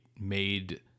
made